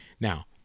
Now